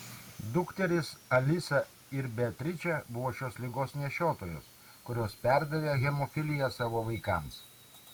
dukterys alisa ir beatričė buvo šios ligos nešiotojos kurios perdavė hemofiliją savo vaikams